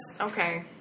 Okay